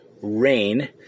rain